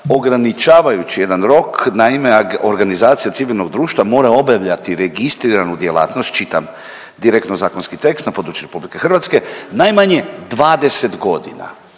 ograničavajući jedan rok. Naime, organizacija civilnog društva mora obavljati registriranu djelatnost, čitam direktno zakonski tekst na području Republike Hrvatske najmanje 20 godina,